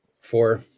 Four